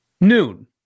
noon